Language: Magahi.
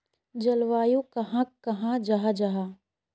जलवायु कहाक कहाँ जाहा जाहा?